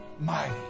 mighty